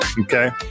Okay